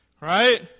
right